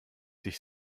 sich